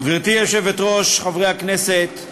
גברתי היושבת-ראש, חברי הכנסת,